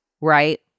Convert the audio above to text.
right